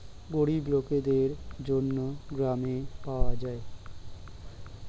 গরিব লোকদের জন্য গ্রামে পাওয়া যায়